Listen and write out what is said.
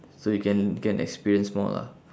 so you can can experience more lah